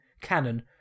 canon